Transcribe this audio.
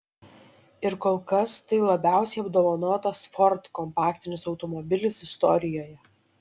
ir kol kas tai labiausiai apdovanotas ford kompaktinis automobilis istorijoje